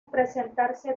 presentarse